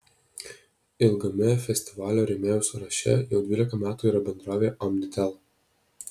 ilgame festivalio rėmėjų sąraše jau dvylika metų yra bendrovė omnitel